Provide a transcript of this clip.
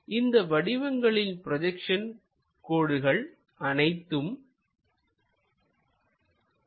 இந்த வடிவங்களின் ப்ரொஜெக்ஷன் கோடுகள் அனைத்தும் பொருந்துமாறு அமைய வேண்டும்